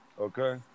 okay